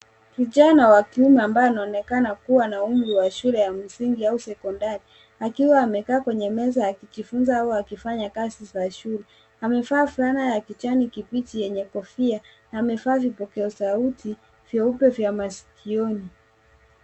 Kijana wa kiume ambaye anaonekana kuwa na umri wa shule ya msingi au sekondari akiwa amekaa kwenye meza akijifunza au akifanya kazi za shule. Amevaa fulana ya kijani kibichi yenye kofia na amevaa vipokea sauti vyeupe vya masikioni.